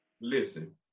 Listen